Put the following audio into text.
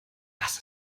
das